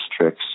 tricks